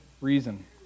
reason